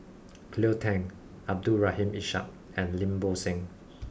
Cleo Thang Abdul Rahim Ishak and Lim Bo Seng